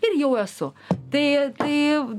ir jau esu tai tai